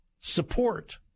Support